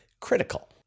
critical